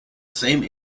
same